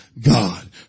God